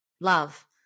love